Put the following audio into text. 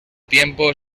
tiempo